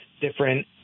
different